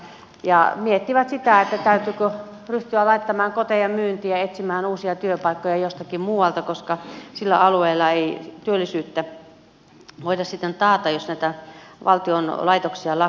he miettivät sitä täytyykö ryhtyä laittamaan koteja myyntiin ja etsimään uusia työpaikkoja jostakin muualta koska sillä alueella ei työllisyyttä voida sitten taata jos näitä valtion laitoksia lakkautetaan